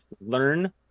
learn